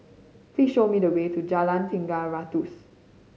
please show me the way to Jalan Tiga Ratus